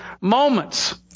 moments